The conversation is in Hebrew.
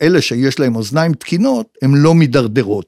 ‫אלה שיש להם אוזניים תקינות ‫הם לא מדרדרות.